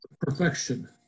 perfection